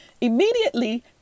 Immediately